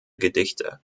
gedichte